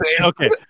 okay